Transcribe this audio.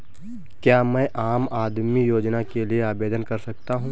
क्या मैं आम आदमी योजना के लिए आवेदन कर सकता हूँ?